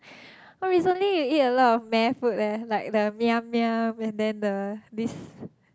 oh recently we eat a lot of meh food leh like the Miam-Miam and then the this